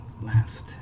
left